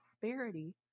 prosperity